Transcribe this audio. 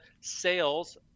sales